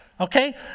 Okay